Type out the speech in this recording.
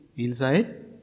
Inside